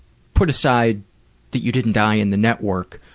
put aside that you didn't die in the network,